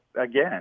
again